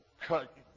cut